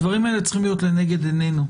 הדברים האלה צריכים להיות לנגד עינינו,